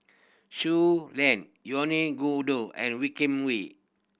Shui Lan Yvonne Ng Uhde and Wee Kim Wee